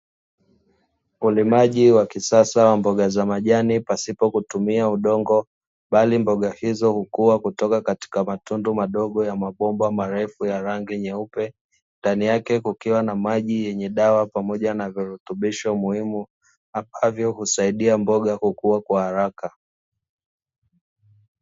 Ulimaji wa kisasa wa mboga za majani pasipo kutumia udongo, bali mboga hizo hukuwa kutoka katika matundu madogo ya mabomba marefu ya rangi nyeupe, ndani yake kukiwa na maji yenye dawa pamoja na virutubisho muhimu ambavyo husaidia mboga kukua kwa haraka.